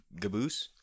Gaboose